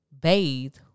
bathe